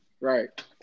right